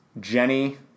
Jenny